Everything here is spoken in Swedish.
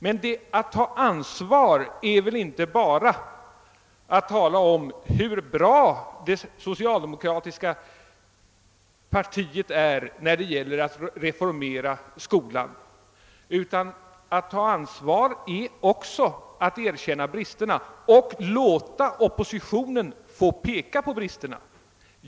Men att ta ansvar är väl inte bara att tala om hur bra det socialdemokratiska partiet är när det gäller att reformera skolan utan att ta ansvar är också att erkänna bristerna och låta oppositionen få peka på bristerna.